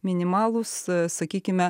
minimalūs sakykime